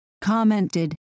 commented